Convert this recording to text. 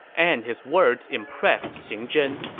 and his words impressed xing zhen,